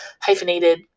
hyphenated